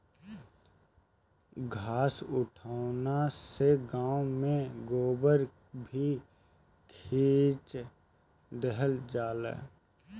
घास उठौना से गाँव में गोबर भी खींच देवल जाला